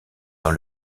dans